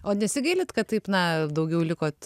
o nesigailit kad taip na daugiau likot